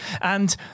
And-